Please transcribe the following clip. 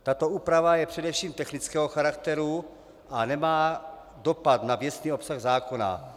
Tato úprava je především technického charakteru a nemá dopad na věcný obsah zákona.